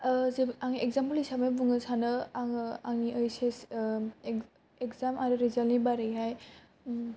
आं इगजामफोल हिसाबै बुंनो सानो आङोआंनि ओइस एस इगजाम आरो रिजाल्ट नि बारे हाय